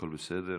הכול בסדר?